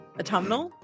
Autumnal